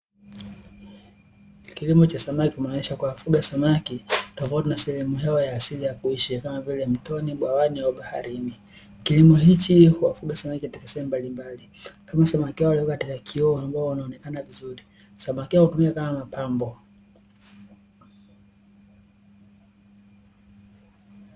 Kilimo cha samaki kumaanisha kuwa kufuga samaki tofauti na sehemu yao ya asili ya kuishi kama vile: mtoni, bwawani au baharini. Kilimo hiki huwafuga samaki katika sehemu mbalimbali, kama samaki hawa walioko katika kioo ambao wanaonekana vizuri. Samaki hao hutumika kama mapambo.